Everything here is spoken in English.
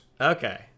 Okay